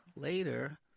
later